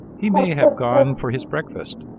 he may have gone for his breakfast,